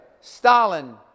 Stalin